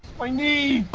my kneee